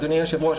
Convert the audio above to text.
אדוני היושב ראש,